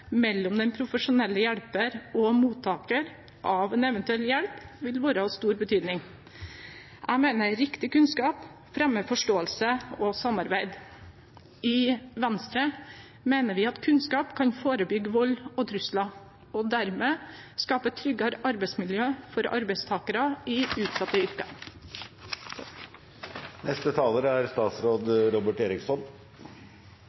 mellom den profesjonelle hjelperen og mottakeren av en eventuell hjelp vil være av stor betydning. Jeg mener riktig kunnskap fremmer forståelse og samarbeid. I Venstre mener vi at kunnskap kan forebygge vold og trusler og dermed skape et tryggere arbeidsmiljø for arbeidstakere i utsatte yrker.